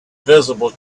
visible